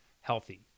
healthy